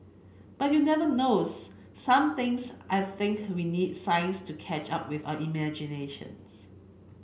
but you never knows some things I think we need science to catch up with our imagination